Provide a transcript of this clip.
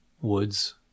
Woods